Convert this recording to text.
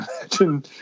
imagine